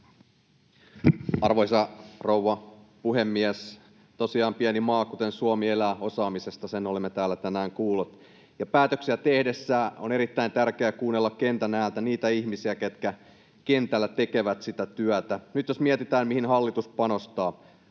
Arvoisa rouva puhemies! Tosiaan pieni maa, kuten Suomi, elää osaamisesta, sen olemme täällä tänään kuulleet. Päätöksiä tehdessä on erittäin tärkeää kuunnella kentän ääntä, niitä ihmisiä, ketkä kentällä tekevät sitä työtä. Nyt jos mietitään, mihin hallitus panostaa: